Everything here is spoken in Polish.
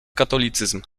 katolicyzm